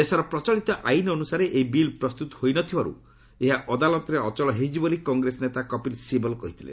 ଦେଶର ପ୍ରଚଳିତ ଆଇନ ଅନୁସାରେ ଏହି ବିଲ୍ ପ୍ରସ୍ତୁତ ହୋଇ ନ ଥିବାରୁ ଏହା ଅଦାଲତରେ ଅଚଳ ହୋଇଯିବ ବୋଲି କଂଗ୍ରେସ ନେତା କପିଲ୍ ଶିବଲ୍ କହିଥିଲେ